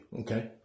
okay